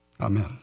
Amen